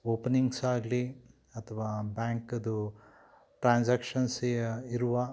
ಓಪನಿಂಗ್ಸಾಗಲಿ ಅಥವಾ ಬ್ಯಾಂಕದು ಟ್ರಾನ್ಸ್ಯಾಕ್ಷನ್ಸಿ ಇರುವ